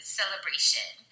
celebration